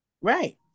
Right